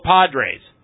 Padres